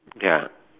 ya